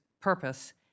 purpose